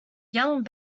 young